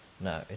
No